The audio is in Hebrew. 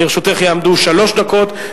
לרשותך יעמדו שלוש דקות.